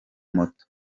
moto